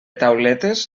tauletes